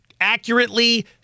accurately